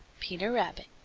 peter rabbit.